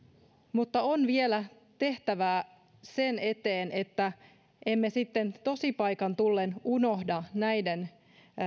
mutta on vielä tehtävää sen eteen että emme sitten tosipaikan tullen unohda näiden